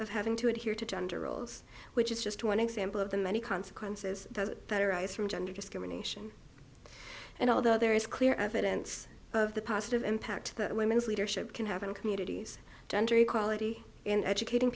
of having to adhere to gender roles which is just one example of the many consequences that arise from gender discrimination and although there is clear evidence of the positive impact women's leadership can have in communities gender equality and educating